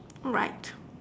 right